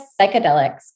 psychedelics